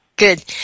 Good